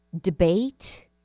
debate